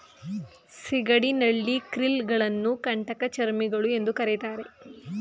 ಸಿಗಡಿ, ನಳ್ಳಿ, ಕ್ರಿಲ್ ಗಳನ್ನು ಕಂಟಕಚರ್ಮಿಗಳು ಎಂದು ಕರಿತಾರೆ